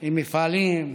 עם מפעלים,